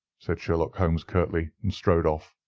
said sherlock holmes curtly, and strode off.